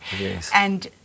Yes